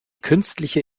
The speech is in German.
künstliche